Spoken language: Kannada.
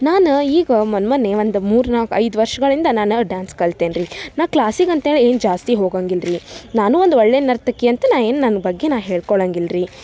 ನಾನ ಈಗ ಮೊನ್ನೆ ಮೊನ್ನೆ ಒಂದು ಮೂರ್ನಾಲ್ಕು ಐದು ವರ್ಷಗಳಿಂದ ನಾನು ಡ್ಯಾನ್ಸ್ ಕಲ್ತೇನಿ ರಿ ನಾ ಕ್ಲಾಸಿಗಂತೇಳಿ ಏನೂ ಜಾಸ್ತಿ ಹೋಗೊಂಗಿಲ್ಲ ರಿ ನಾನು ಒಂದು ಒಳ್ಳೆಯ ನರ್ತಕಿ ಅಂತ ನಾ ಏನೂ ನನ್ನ ಬಗ್ಗೆ ನಾ ಹೇಳ್ಕೊಳಂಗಿಲ್ಲ ರಿ